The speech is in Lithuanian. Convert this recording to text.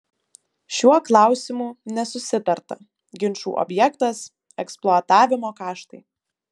šiuo klausimu nesusitarta ginčų objektas eksploatavimo kaštai